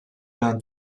learned